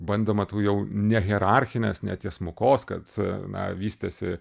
bandoma tų jau nehierarchinės netiesmukos kad na vystėsi